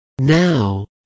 Now